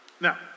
Now